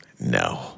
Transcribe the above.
no